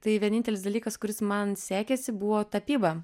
tai vienintelis dalykas kuris man sekėsi buvo tapyba